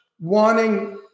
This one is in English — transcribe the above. wanting